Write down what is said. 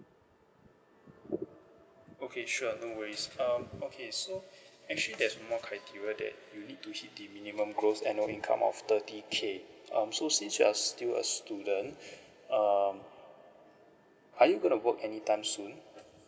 okay sure no worries um okay so actually there's more criteria that you need to hit the minimum gross annual income of thirty K um so since you are still a student um are you gonna work anytime soon